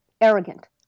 Arrogant